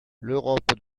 l’europe